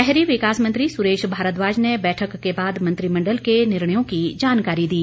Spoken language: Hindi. शहरी विकास मंत्री सुरेश भारद्वाज ने बैठक के बाद मंत्रिमंडल के निर्णयों की जानकारी दी